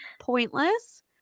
pointless